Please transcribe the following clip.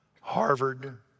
Harvard